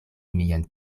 mian